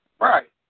Right